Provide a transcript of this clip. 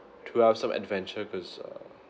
to have some adventure because uh